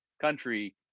country